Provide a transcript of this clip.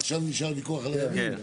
עכשיו נשאר ויכוח הוא על הימים?